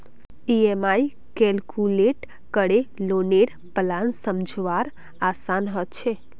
EMI calculate करे लौनेर plan समझवार आसान ह छेक